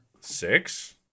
Six